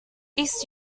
east